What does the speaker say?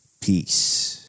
peace